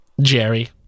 Jerry